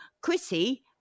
Chrissy